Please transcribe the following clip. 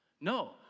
No